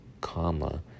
comma